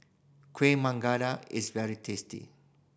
kueh is very tasty